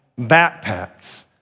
backpacks